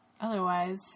otherwise